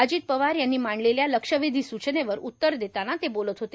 अजित पवार यांनी मांडलेल्या लक्षवेधी सूचनेवर उत्तर देतांना ते बोलत होते